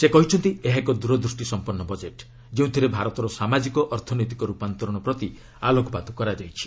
ସେ କହିଛନ୍ତି ଏହା ଏକ ଦୂରଦୃଷ୍ଟି ସମ୍ପନ୍ନ ବଜେଟ୍ ଯେଉଁଥିରେ ଭାରତର ସାମାଜିକ ଅର୍ଥନୈତିକ ରୂପାନ୍ତରଣ ପ୍ରତି ଆଲୋକପାତ କରାଯାଇଛି